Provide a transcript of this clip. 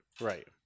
right